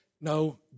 no